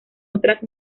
otras